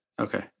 Okay